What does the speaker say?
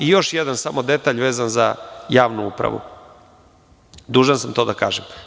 Još jedan samo detalj vezan za javnu upravu, dužan sam to da kažem.